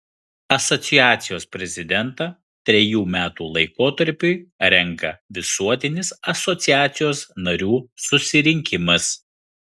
asociacijos prezidentą trejų metų laikotarpiui renka visuotinis asociacijos narių susirinkimas